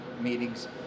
meetings